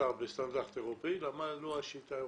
מוצר בסטנדרט אירופאי למה לא מאמצים את השיטה האירופאית?